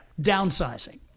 Downsizing